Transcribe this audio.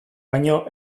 baino